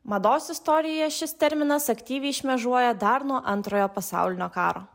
mados istorijoje šis terminas aktyviai šmėžuoja dar nuo antrojo pasaulinio karo